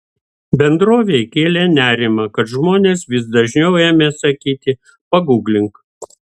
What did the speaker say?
bendrovei kėlė nerimą kad žmonės vis dažniau ėmė sakyti paguglink